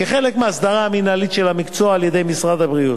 כחלק מההסדרה המינהלית של המקצוע על-ידי משרד הבריאות.